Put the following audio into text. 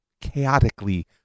chaotically